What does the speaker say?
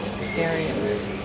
areas